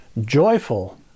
joyful